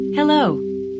Hello